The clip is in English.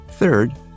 Third